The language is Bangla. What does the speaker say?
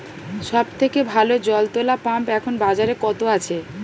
সব থেকে ভালো জল তোলা পাম্প এখন বাজারে কত আছে?